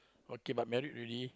okay but married already